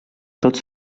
tots